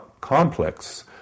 complex